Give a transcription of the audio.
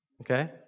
okay